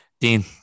Dean